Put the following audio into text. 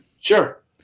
Sure